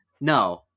no